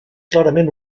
clarament